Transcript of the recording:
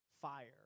fire